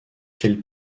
quelle